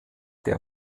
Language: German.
der